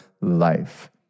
life